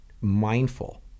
Mindful